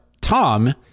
Tom